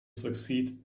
succeed